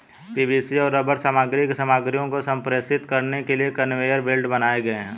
PVC और rubber सामग्री की सामग्रियों को संप्रेषित करने के लिए कन्वेयर बेल्ट बनाए गए हैं